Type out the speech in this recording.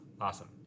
awesome